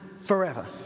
forever